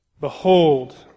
Behold